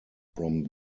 from